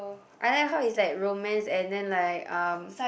I like how it's like romance and then like um